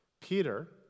Peter